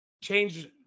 change